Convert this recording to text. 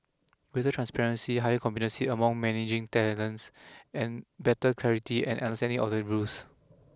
greater transparency higher competency among managing and better clarity and understanding of the rules